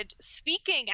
speaking